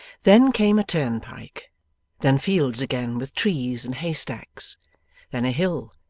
then came a turnpike then fields again with trees and hay-stacks then, a hill,